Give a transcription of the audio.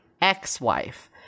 ex-wife